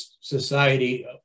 society